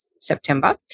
September